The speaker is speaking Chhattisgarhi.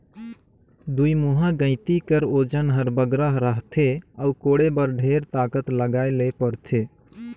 दुईमुहा गइती कर ओजन हर बगरा रहथे अउ कोड़े बर ढेर ताकत लगाए ले परथे